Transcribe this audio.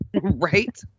Right